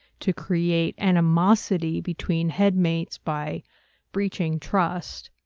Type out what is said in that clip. to create animosity between headmates by breaching trust,